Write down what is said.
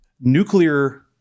nuclear